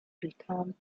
became